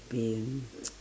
been